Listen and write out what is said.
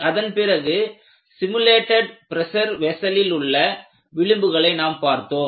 அதன் பிறகு simulated pressure வெஸ்ஸளிலுள்ள விளிம்புகளை நாம் பார்த்தோம்